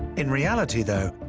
in reality though,